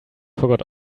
forgot